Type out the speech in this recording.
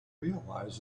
realize